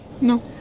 No